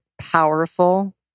powerful